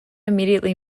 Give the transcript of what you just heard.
immediately